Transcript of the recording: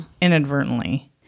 inadvertently